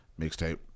Mixtape